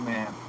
Man